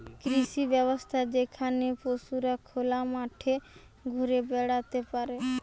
কৃষি ব্যবস্থা যেখানে পশুরা খোলা মাঠে ঘুরে বেড়াতে পারে